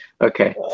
okay